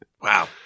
Wow